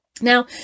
Now